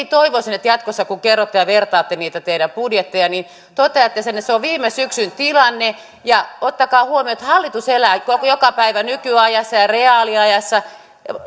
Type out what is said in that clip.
toivoisin että jatkossa kun kerrotte ja vertaatte niitä teidän budjettejanne toteatte sen että se on viime syksyn tilanne ottakaa huomioon että hallitus elää joka päivä nykyajassa ja reaaliajassa